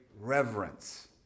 reverence